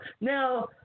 Now